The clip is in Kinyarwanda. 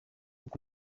uko